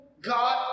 God